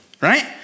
Right